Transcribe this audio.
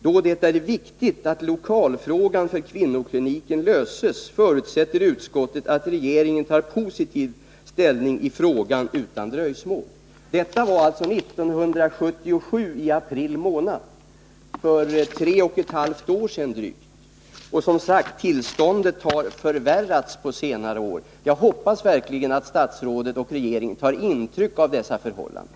Då det är viktigt att lokalfrågan för kvinnokliniken löses, förutsätter utskottet att regeringen tar positiv ställning i frågan utan dröjsmål.” Detta var alltså 1977 i april månad, dvs. för drygt tre och ett halvt år sedan. Som sagt, tillståndet har förvärrats under senare år. Jag hoppas verkligen att statsrådet och regeringen tar intryck av dessa förhållanden.